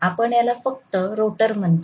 आपण याला फक्त रोटर म्हणतो